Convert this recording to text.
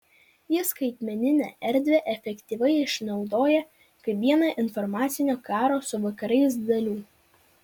ji skaitmeninę erdvę efektyviai išnaudoja kaip vieną informacinio karo su vakarais dalių